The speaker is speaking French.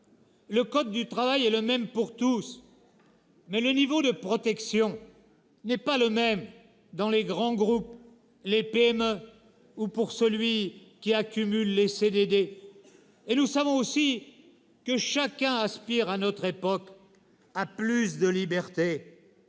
Le code du travail est le même pour tous, mais le niveau de protection n'est pas le même dans les grands groupes, les PME ou pour celui qui accumule les CDD. Et nous savons aussi que chacun aspire à notre époque à plus de liberté